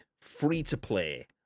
free-to-play